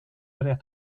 áreas